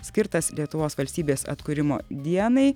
skirtas lietuvos valstybės atkūrimo dienai